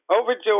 overjoyed